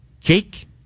Jake